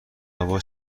هوا